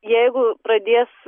jeigu pradės